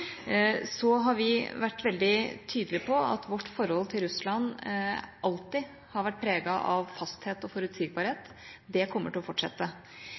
har også vært veldig tydelig på at vårt forhold til Russland alltid har vært preget av fasthet og forutsigbarhet. Det kommer til å fortsette.